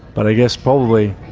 but i guess probably,